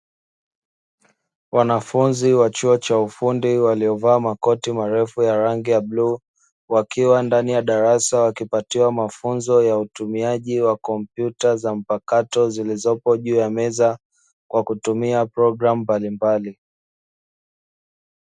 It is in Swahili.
Wanafunzi wa chuo cha ufundi waliovaa makoti marefu ya rangi ya bluu, wakiwa ndani ya darasa wakipatiwa mafunzo ya utumiaji wa kompyuta mpakato zilizopo juu ya meza, kwa kutumia programu mbalimbali.